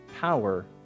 power